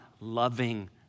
loving